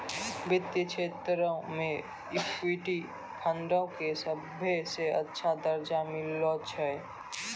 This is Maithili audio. वित्तीय क्षेत्रो मे इक्विटी फंडो के सभ्भे से अच्छा दरजा मिललो छै